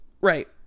right